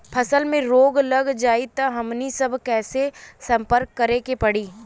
फसल में रोग लग जाई त हमनी सब कैसे संपर्क करें के पड़ी?